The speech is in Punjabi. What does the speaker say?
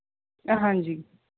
ਹਾਂਜੀ